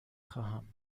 خواهم